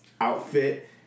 outfit